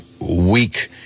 weak